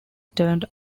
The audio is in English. turned